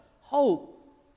hope